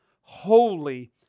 holy